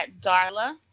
Darla